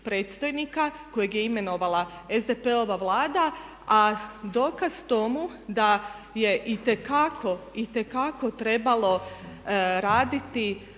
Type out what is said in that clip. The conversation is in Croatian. kojeg je imenovala SDP-ova Vlada a dokaz tome da je itekako, itekako trebalo raditi